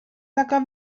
taka